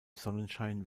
sonnenschein